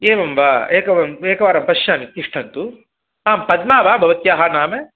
एवं वा एकव् एकवारं पश्यामि तिष्ठन्तु आं पद्मा वा भवत्याः नाम